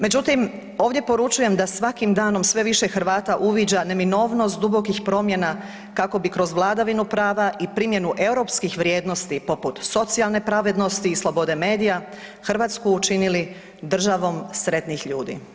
Međutim, ovdje poručujem da svakim danom sve više Hrvata uviđa neminovnost dubokih promjena kako bi kroz vladavinu prava i primjenu europskih vrijednosti poput socijalne pravednosti i slobode medija Hrvatsku učinili državom sretnih ljudi.